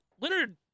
Leonard